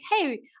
hey